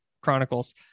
Chronicles